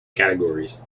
categories